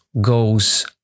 goes